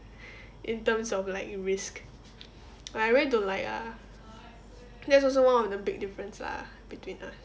in terms of like risk like I really don't like ah that's also one of the big difference lah between us